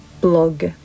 blog